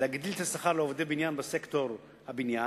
להגדיל את השכר לעובדי בניין בסקטור הבניין,